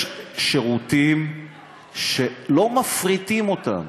יש שירותים שלא מפריטים אותם.